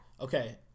Okay